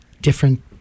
different